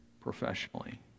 professionally